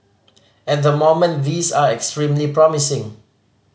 at the moment these are extremely promising